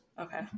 Okay